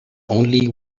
only